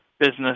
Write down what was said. Business